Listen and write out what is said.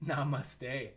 Namaste